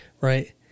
Right